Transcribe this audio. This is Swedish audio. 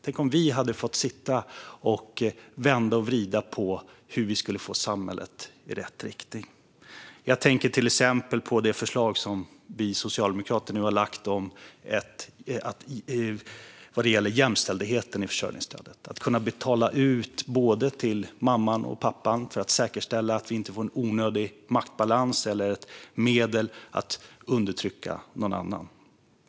Tänk om vi hade fått sitta och vända och vrida på hur vi skulle få samhället att gå i rätt riktning. Jag tänker till exempel på det förslag som vi socialdemokrater nu har lagt fram vad gäller jämställdhet i försörjningsstödet, om att kunna betala ut till både mamman och pappan. Då kan man säkerställa att det inte blir en onödig maktbalans eller ett medel för att undertrycka någon annan.